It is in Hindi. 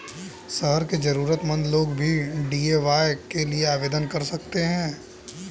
शहर के जरूरतमंद लोग भी डी.ए.वाय के लिए आवेदन कर सकते हैं